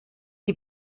die